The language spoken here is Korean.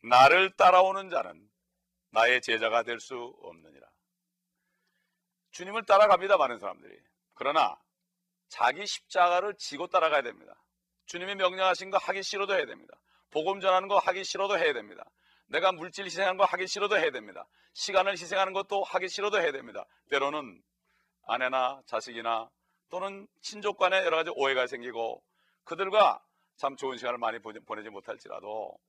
나를 따라오는 자는 나의 제자가 될 수 없느니라. 주님을 따라갑니다, 많은 사람들이. 그러나 자기 십자가를 지고 따라가야 됩니다. 주님이 명령하신 거 하기 싫어도 해야 됩니다. 복음 전하는 거 하기 싫어도 해야 됩니다. 내가 물질 희생하는 거 하기 싫어도 해야 됩니다. 시간을 희생하는 것도 하기 싫어도 해야 됩니다. 때로는 아내나 자식이나 또는 친족 간에 여러 가지 오해가 생기고 그들과 참 좋은 시간을 많이 보내지 못할지라도